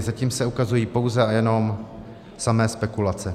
Zatím se ukazují pouze a jenom samé spekulace.